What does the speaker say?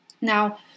Now